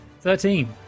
Thirteen